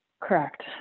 Correct